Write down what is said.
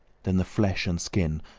then the flesh and skin,